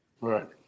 Right